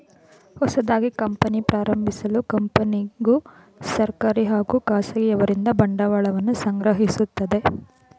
ಹೊಸದಾಗಿ ಕಂಪನಿ ಪ್ರಾರಂಭಿಸಲು ಕಂಪನಿಗೂ ಸರ್ಕಾರಿ ಹಾಗೂ ಖಾಸಗಿ ಅವರಿಂದ ಬಂಡವಾಳವನ್ನು ಸಂಗ್ರಹಿಸುತ್ತದೆ